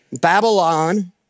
Babylon